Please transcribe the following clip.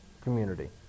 community